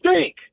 stink